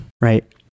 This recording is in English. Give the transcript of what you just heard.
right